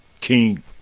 king